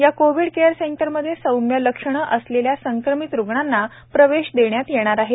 या covid care सेंटरमध्ये सौम्य लक्षणे असलेल्या संक्रमित रुग्णांना प्रवेश देण्यात येणार आहे